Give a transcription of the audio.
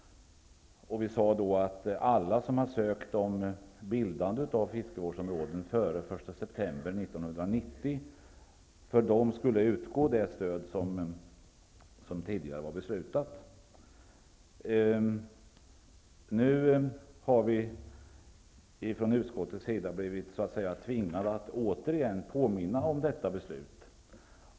Vi sade då att alla som hade ansökt om bildande av fiskevårdsområden före 1 september 1990 skulle få de stöd som tidigare var beslutat. Nu har vi i utskottet återigen blivit tvingade att påminna om detta beslut.